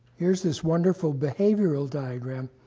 here's this wonderful behavioral diagram.